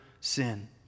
sin